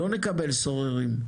לא נקבל סוררים.